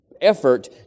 effort